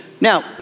Now